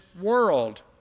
world